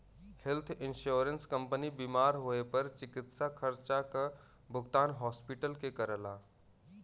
health insurance company बीमार होए पर चिकित्सा खर्चा क भुगतान हॉस्पिटल के करला